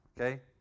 okay